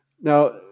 Now